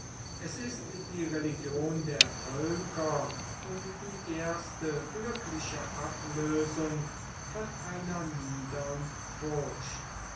es ist die religion der völker und die erste glückliche ablösung von einer niedern furcht